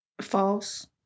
False